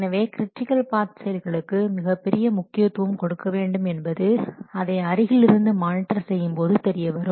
எனவே critical path செயல்களுக்கு மிகப்பெரிய முக்கியத்துவம் கொடுக்க வேண்டும் என்பது அதை அருகிலிருந்து மானிட்டர் செய்யும்போது தெரியவரும்